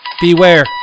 beware